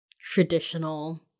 traditional